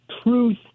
truth